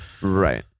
Right